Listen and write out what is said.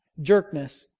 jerkness